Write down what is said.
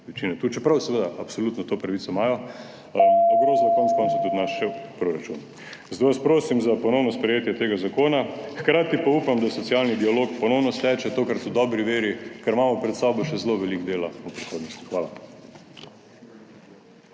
večine, čeprav seveda absolutno imajo to pravico, ogrozila konec koncev tudi naš proračun. Zato vas prosim za ponovno sprejetje tega zakona, hkrati pa upam, da socialni dialog ponovno steče, tokrat v dobri veri, ker imamo pred sabo še zelo veliko dela v prihodnosti. Hvala.